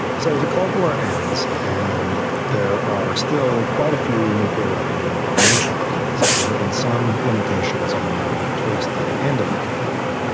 so the cold war ends and there are still quite a few nuclear weapons in the world, many thousands. there had been some limitations on them towards the end of the cold war,